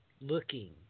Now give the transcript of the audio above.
looking